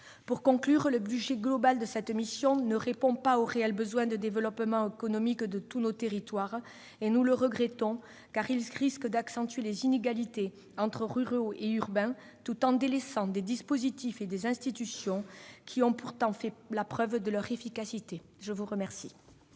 Pour conclure, le budget global de cette mission ne répond pas aux réels besoins de développement économique de tous nos territoires. Nous le regrettons, car il risque d'accentuer les inégalités entre ruraux et urbains, tout en délaissant des dispositifs et des institutions qui ont pourtant fait la preuve de leur efficacité. La parole